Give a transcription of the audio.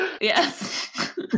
Yes